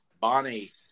Bonnie